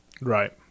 Right